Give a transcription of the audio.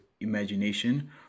imagination